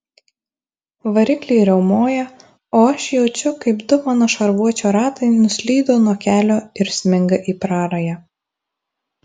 varikliai riaumoja o aš jaučiu kaip du mano šarvuočio ratai nuslydo nuo kelio ir sminga į prarają